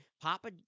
Papa